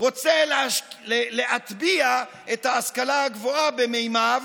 רוצה להטביע את ההשכלה הגבוהה במימיו